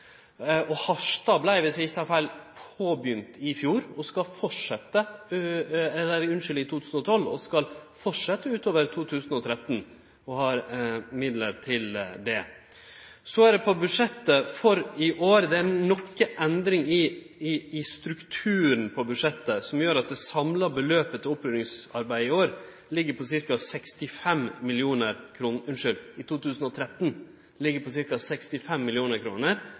Harstad vart, viss eg ikkje tek feil, påbegynt i 2012, skal fortsetje utover i 2013 og har midlar til det. Så er det i år nokre endringar i strukturen på budsjettet som gjer at det samla beløpet til oppryddingsarbeid i 2013 ligg på ca. 65 mill. kr, mens det no, i 2012, er på